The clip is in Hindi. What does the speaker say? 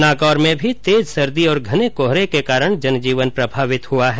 नागौर में भी तेज सर्दी और घने कोहरे के कारण जनजीवन प्रभावित हुआ है